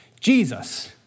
Jesus